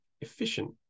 efficient